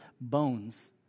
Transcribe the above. bones